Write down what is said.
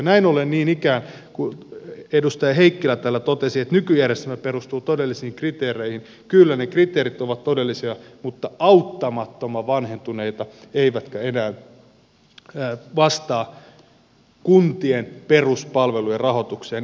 näin ollen kun täällä edustaja heikkilä niin ikään totesi että nykyjärjestelmä perustuu todellisiin kriteereihin niin kyllä ne kriteerit ovat todellisia mutta auttamattoman vanhentuneita eivätkä enää vastaa kuntien peruspalvelujen rahoitukseen ja siihen mitä kunnissa tarvitaan